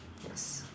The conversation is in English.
yes